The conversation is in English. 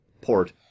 port